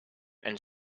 and